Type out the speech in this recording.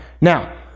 Now